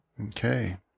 okay